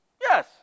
Yes